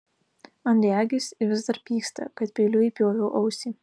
man regis ji vis dar pyksta kad peiliu įpjoviau ausį